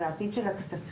ואת העתיד של הכספים,